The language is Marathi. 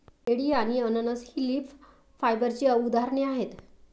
केळी आणि अननस ही लीफ फायबरची उदाहरणे आहेत